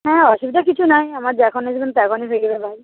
হ্যাঁ অসুবিধা কিছু নাই আমার এখনও যেমন